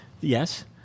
Yes